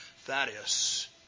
Thaddeus